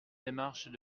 démarche